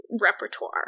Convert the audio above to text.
repertoire